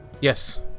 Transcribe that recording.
Yes